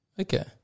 Okay